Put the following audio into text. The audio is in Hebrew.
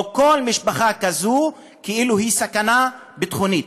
או כל משפחה כזאת, כאילו היא סכנה ביטחונית.